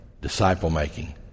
disciple-making